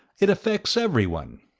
it affects everyone.